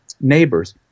neighbors